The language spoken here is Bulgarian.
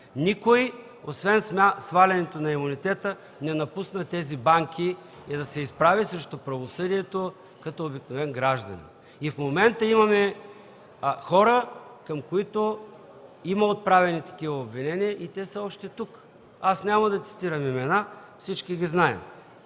Никой, освен свалянето на имунитета, не напусна тези банки и да се изправи срещу правосъдието като обикновен гражданин. И в момента имаме хора, към които има отправени такива обвинения и те са още тук. Аз няма да цитирам имена, всички ги знаем.